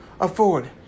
afford